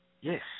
Yes